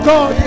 God